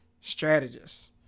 strategists